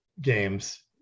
games